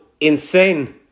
insane